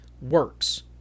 works